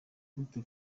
gute